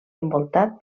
envoltat